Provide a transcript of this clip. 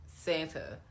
Santa